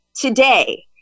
Today